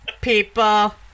People